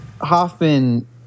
Hoffman